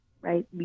right